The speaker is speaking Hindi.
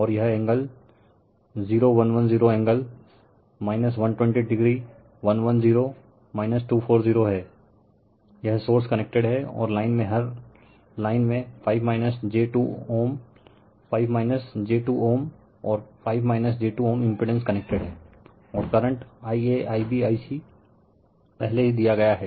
और यह एंगल 0110 एंगल 120 110 240 है यह सोर्स कनेक्टेड हैं और लाइन में हर लाइन में 5 j 2Ω 5 j 2Ω और 5 j 2Ω इम्पिड़ेंस कनेक्टेड है और करंट Ia Ib Ic पहले ही दिया गया है